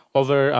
over